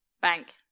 Bank